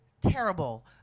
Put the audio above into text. terrible